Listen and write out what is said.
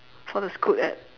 for the scoot ad